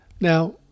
Now